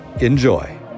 Enjoy